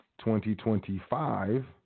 2025